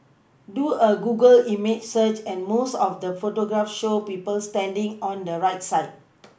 do a Google image search and most of the photographs show people standing on the right side